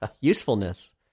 Usefulness